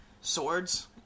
swords